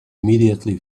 immediately